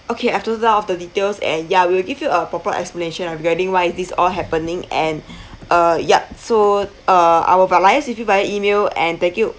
okay I've noted down all the details and ya we'll give you a proper explanation regarding why these all happening and uh yup so uh I will liaise with you via email and thank you